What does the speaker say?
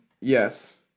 Yes